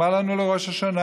מה לנו ולראש השנה?